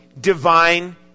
divine